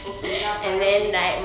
okay lah per hour babe